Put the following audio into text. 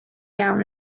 iawn